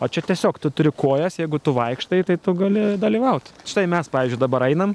o čia tiesiog tu turi kojas jeigu tu vaikštai tu gali dalyvauti štai mes pavyzdžiui dabar einam